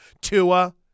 Tua